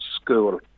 school